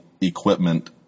equipment